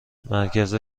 مرکز